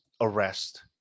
arrest